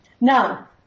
Now